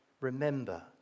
remember